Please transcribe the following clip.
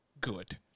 good